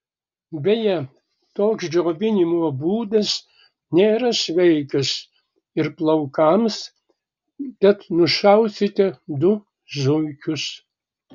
beje toks džiovinimo būdas nėra sveikas ir plaukams tad nušausite du zuikius